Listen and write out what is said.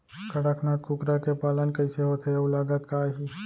कड़कनाथ कुकरा के पालन कइसे होथे अऊ लागत का आही?